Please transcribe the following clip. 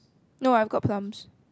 no I got plums